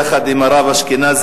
יחד עם הרב אשכנזי,